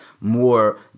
more